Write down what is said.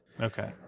Okay